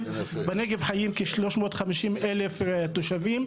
בנגב חיים כ-350,000 תושבים,